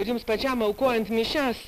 ir jums pačiam aukojant mišias